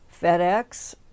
FedEx